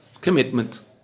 Commitment